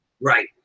Right